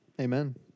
Amen